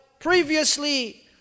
Previously